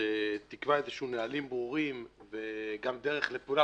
שתקבע איזה שהם נהלים ברורים וגם דרך לפעולה,